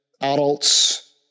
adults